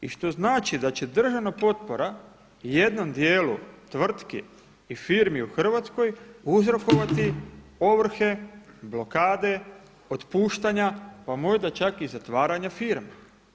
I što znači da će državna potpora u jednom dijelu tvrtki i firmi u Hrvatskoj uzrokovati ovrhe, blokade, otpuštanja, pa možda čak i zatvaranja firma.